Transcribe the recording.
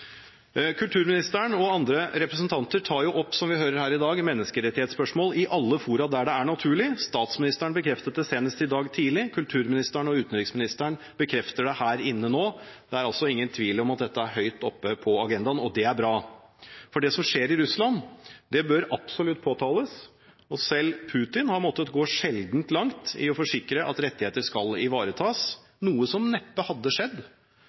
Kulturministeren og andre representanter tar jo opp – som vi hører her i dag – menneskerettighetsspørsmål i alle fora der det er naturlig. Statsministeren bekreftet det senest i dag tidlig, kulturministeren og utenriksministeren bekrefter det her inne nå. Det er altså ingen tvil om at dette er høyt oppe på agendaen, og det er bra! For det som skjer i Russland, bør absolutt påtales. Selv Putin har måttet gå sjeldent langt i å forsikre at rettigheter skal ivaretas, noe som neppe hadde skjedd